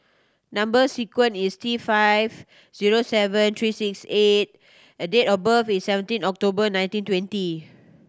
number sequence is T five zero seven three six eight A and date of birth is seventeen October nineteen twenty